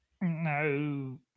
no